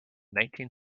nineteen